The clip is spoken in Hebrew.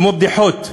כמו בדיחות.